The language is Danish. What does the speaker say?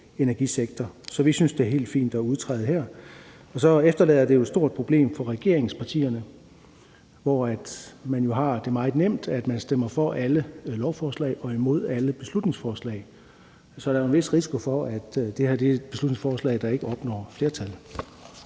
energisektor. Så vi synes, det er helt fint at udtræde her. Og så efterlader det et stort problem for regeringspartierne, hvor man jo har det meget nemt, fordi man stemmer for alle lovforslag og imod alle beslutningsforslag. Så der er jo en vis risiko for, at det her er et beslutningsforslag, der ikke opnår flertal.